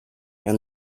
and